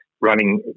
running